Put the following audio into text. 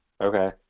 Okay